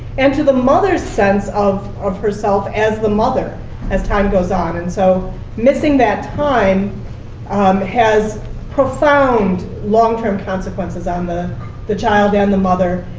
and to the mother's sense of of herself as the mother as time goes on. and so missing that time um has profound, long-term consequences on the the child and the mother.